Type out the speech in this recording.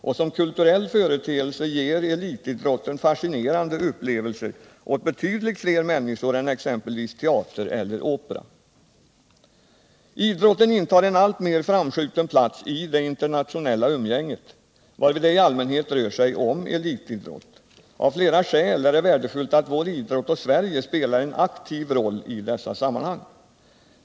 Och som kulturell företeelse ger elitidrotten fascinerande upplevelser åt betydligt fler människor än exempelvis teater eller opera. Idrotten intar en alltmer framskjuten plats i det internationella umgänget, varvid det i allmänhet rör sig om elitidrott. Av flera skäl är det värdefullt att vår idrott och Sverige spelar en aktiv roll i dessa sammanhang.